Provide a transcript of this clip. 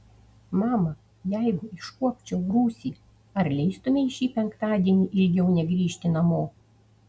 mama jeigu iškuopčiau rūsį ar leistumei šį penktadienį ilgiau negrįžti namo